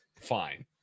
fine